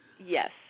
Yes